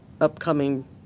upcoming